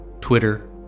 Twitter